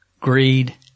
greed